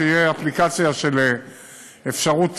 שתהיה אפליקציה של אפשרות תיאום.